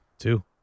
Two